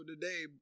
Today